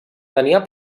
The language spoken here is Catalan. tenia